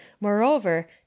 Moreover